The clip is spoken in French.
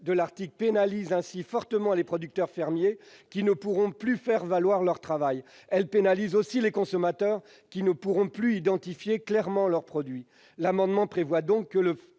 de l'article pénalise fortement les producteurs fermiers, qui ne pourront plus faire valoir leur travail. Elle pénalise aussi les consommateurs, qui ne pourront plus identifier clairement les produits. L'amendement vise à prévoir que le